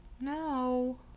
no